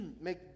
Make